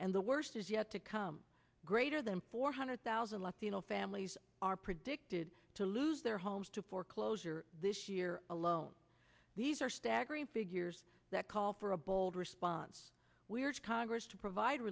and the worst is yet to come greater than four hundred thousand latino families are predicted to lose their homes to foreclosure this year alone these are staggering figures that call for a bold response we are congress to provide